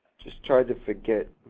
just tried to forget.